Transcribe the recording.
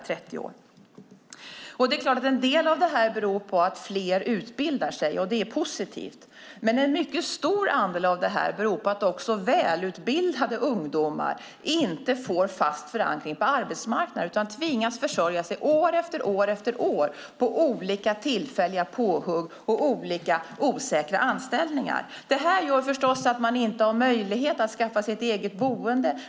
Det är klart att en del av detta beror på att fler utbildar sig, och det är positivt, men en mycket stor andel av detta beror på att inte heller välutbildade ungdomar får fast förankring på arbetsmarknaden utan tvingas försörja sig år efter år på olika tillfälliga påhugg och osäkra anställningar. Det här gör förstås att man inte har möjlighet att skaffa sig ett eget boende.